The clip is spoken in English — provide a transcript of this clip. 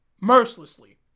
mercilessly